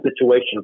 situation